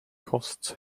costs